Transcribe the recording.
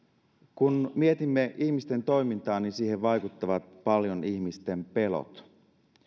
kun mietimme ihmisten toimintaa niin siihen vaikuttavat paljon ihmisten pelot